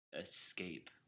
escape